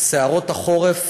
בסערות החורף